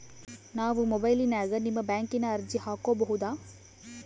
ನಾವು ಮೊಬೈಲಿನ್ಯಾಗ ನಿಮ್ಮ ಬ್ಯಾಂಕಿನ ಅರ್ಜಿ ಹಾಕೊಬಹುದಾ?